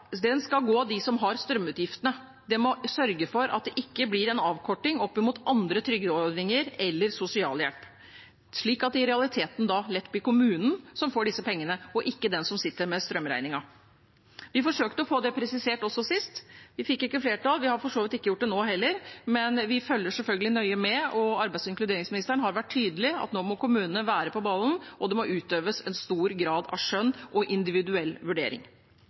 strømutgiftene. Det må sørges for at det ikke blir en avkorting opp imot andre trygdeordninger eller sosialhjelp, slik at det i realiteten da lett blir kommunen som får disse pengene, og ikke den som sitter med strømregningen. Vi forsøkte å få det presisert også sist. Vi fikk ikke flertall. Vi har for så vidt ikke gjort det nå heller, men vi følger selvfølgelig nøye med. Arbeids- og inkluderingsministeren har vært tydelig på at nå må kommunene være på ballen, og det må utøves stor grad av skjønn og individuell vurdering.